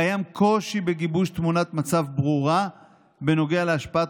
קיים קושי בגיבוש תמונת מצב ברורה בנוגע להשפעת